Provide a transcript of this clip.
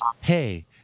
Hey